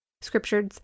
scriptures